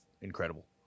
incredible